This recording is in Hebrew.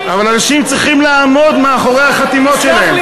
אבל אנשים צריכים לעמוד מאחורי החתימות שלהם.